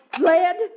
lead